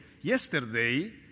yesterday